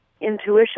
intuition